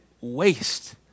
waste